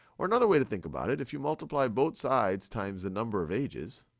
or another way to think about it, if you multiply both sides times the number of ages,